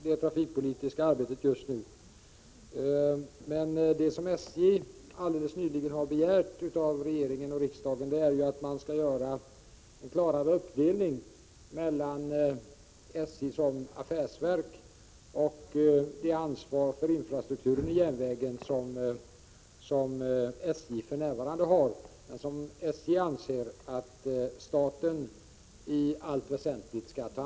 Herr talman! De allmänna synpunkter som Paul Lestander anger ligger väl i linje med diskussionerna om det trafikpolitiska arbetet just nu. SJ har alldeles nyligen begärt att regeringen och riksdagen gör en klarare uppdelning mellan SJ som affärsverk och det ansvar för infrastruktur i järnvägen som SJ för närvarande har men som SJ anser att staten i allt väsentligt bör ha.